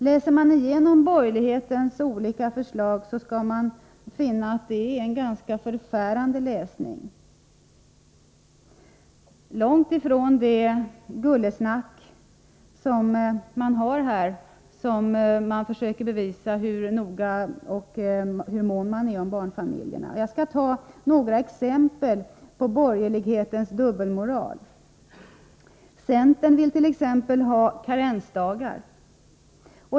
Läser man igenom borgerlighetens olika förslag, finner man att det är en ganska förfärande läsning — långt ifrån det ”gullesnack” med vilket man försöker bevisa hur mån man är om barnfamiljerna. Jag skall ta några exempel på borgerlighetens dubbelmoral. Centern vill t.ex. ha karensdagar.